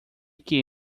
que